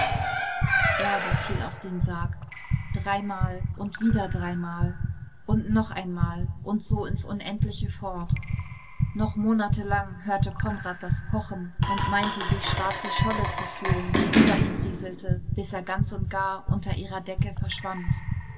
erde fiel auf den sarg dreimal und wieder dreimal und noch einmal und so ins unendliche fort noch monatelang hörte konrad das pochen und meinte die schwarze scholle zu fühlen die über ihn rieselte bis er ganz und gar unter ihrer decke verschwand